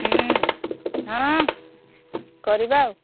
ହଁ କରିବା ଆଉ